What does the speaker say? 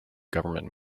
government